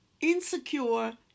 insecure